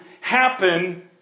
happen